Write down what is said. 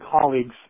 colleagues